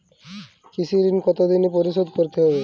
কৃষি ঋণ কতোদিনে পরিশোধ করতে হবে?